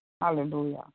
Hallelujah